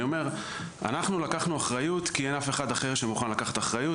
אני אומר שאנחנו לקחנו אחריות כי אין אף אחד אחר שמוכן לקחת אחריות.